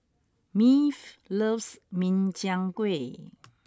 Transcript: Maeve loves Min Chiang Kueh